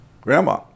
Grandma